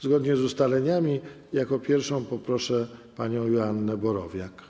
Zgodnie z ustaleniami jako pierwszą poproszę panią Joannę Borowiak.